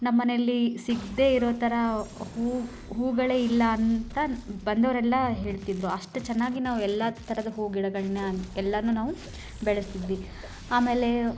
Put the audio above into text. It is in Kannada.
ನಮ್ಮನೇಲಿ ಸಿಗದೇ ಇರೋ ಥರ ಹೂ ಹೂಗಳೇ ಇಲ್ಲ ಅಂತ ಬಂದೋರೆಲ್ಲ ಹೇಳ್ತಿದ್ದರು ಅಷ್ಟು ಚೆನ್ನಾಗಿ ನಾವು ಎಲ್ಲ ಥರದ ಹೂ ಗಿಡಗಳನ್ನ ಎಲ್ಲನೂ ನಾವು ಬೆಳೆಸ್ತಿದ್ವಿ ಆಮೇಲೆ